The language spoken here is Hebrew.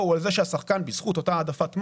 הוא על זה שהשחקן בזכות אותה העדפת מס,